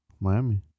Miami